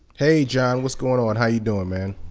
hey john, what's going on, how you doing, man.